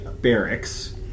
barracks